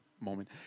moment